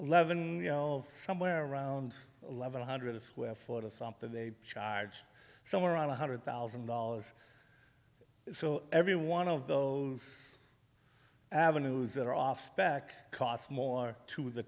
eleven we know of somewhere around eleven hundred a square foot of something they charge somewhere around one hundred thousand dollars so every one of those avenues that are off spec cost more to the